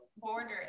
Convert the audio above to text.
Border